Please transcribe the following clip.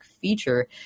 feature